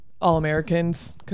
All-Americans